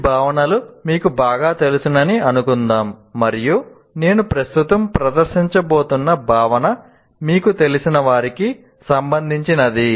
ఈ భావనలు మీకు బాగా తెలుసునని అనుకుందాం మరియు నేను ప్రస్తుతం ప్రదర్శించబోతున్న భావన మీకు తెలిసిన వారికి సంబంధించినది